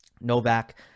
Novak